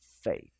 faith